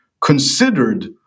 considered